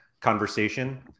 conversation